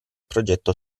progetto